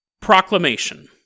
proclamation